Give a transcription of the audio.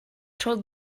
told